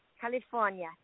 California